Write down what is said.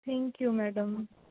thank you madam